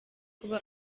kuba